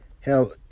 hell